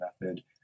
method